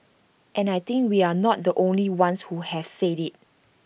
and I think we're not the only ones who have said IT